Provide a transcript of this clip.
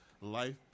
Life